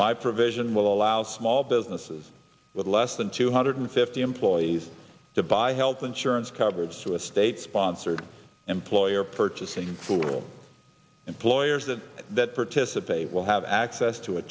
my provision will allow small businesses with less than two hundred fifty employees to buy health insurance coverage to a state sponsored employer purchasing pool employers that that participate will have access to a